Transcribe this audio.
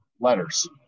Letters